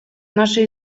наши